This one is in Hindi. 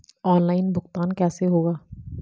ऑनलाइन भुगतान कैसे होगा?